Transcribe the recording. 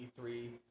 E3